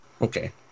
okay